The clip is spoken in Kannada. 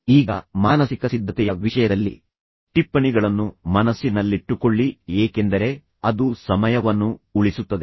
ಈಗ ಮಾನಸಿಕ ಸಿದ್ಧತೆಯ ವಿಷಯದಲ್ಲಿ ಟಿಪ್ಪಣಿಗಳನ್ನು ಮನಸ್ಸಿನಲ್ಲಿಟ್ಟುಕೊಳ್ಳಿ ಅಥವಾ ಅದನ್ನು ಬರೆದು ಇಟ್ಟುಕೊಳ್ಳಿ ಏಕೆಂದರೆ ಅದು ಸಮಯವನ್ನು ಉಳಿಸುತ್ತದೆ